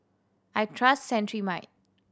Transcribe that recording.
I trust Cetrimide